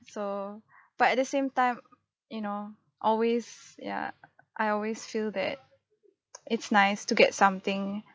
so but at the same time you know always ya I always feel that it's nice to get something